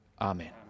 Amen